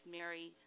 Mary